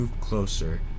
closer